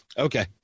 Okay